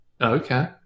Okay